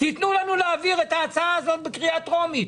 תנו לנו להעביר את ההצעה הזאת בקריאה טרומית,